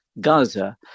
Gaza